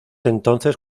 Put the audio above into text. entonces